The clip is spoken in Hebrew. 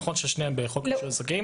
נכון ששניהם בחוק רישוי עסקים,